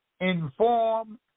inform